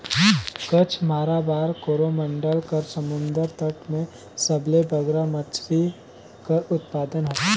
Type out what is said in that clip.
कच्छ, माराबार, कोरोमंडल कर समुंदर तट में सबले बगरा मछरी कर उत्पादन होथे